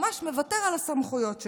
ממש מוותר על הסמכויות שלו,